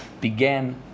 began